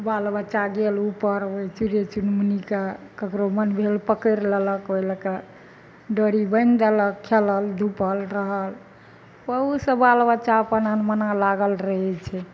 बाल बच्चा गेल उपर ओइ चिड़य चुनमुनीके ककरो मन भेल पकड़ि लेलक ओइ लअ कऽ डोरी बान्हि देलक खेलल धुपल रहल ओहुसँ बाल बच्चा अपन अनमना लागल रहय छै